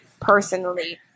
personally